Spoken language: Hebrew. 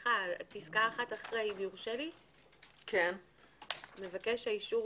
פסקה אחת אחרי, מבקש האישור